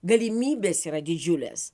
galimybės yra didžiulės